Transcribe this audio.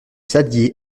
saddier